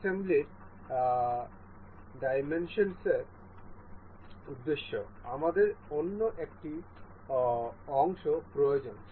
অ্যাসেম্বলির ডেমনস্ট্রেশনের উদ্দেশ্যে আমাদের অন্য একটি অংশ প্রয়োজন